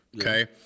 Okay